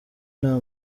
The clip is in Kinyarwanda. nta